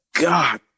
God